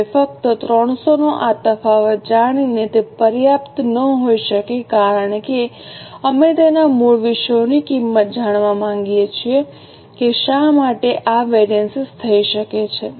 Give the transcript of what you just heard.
હવે ફક્ત 300 નો આ તફાવત જાણીને તે પર્યાપ્ત ન હોઈ શકે કારણ કે અમે તેના મૂળ વિષયોની કિંમત જાણવા માંગીએ છીએ કે શા માટે આ વેરિએન્સ થઈ છે